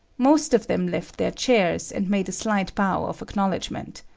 most of them left their chairs and made a slight bow of acknowledgment.